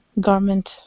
garment